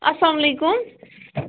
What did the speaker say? السلام علیکم